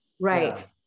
right